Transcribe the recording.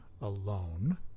alone